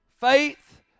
Faith